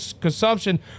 consumption